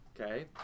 okay